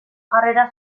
jarrera